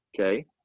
Okay